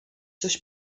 coś